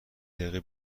دقیقه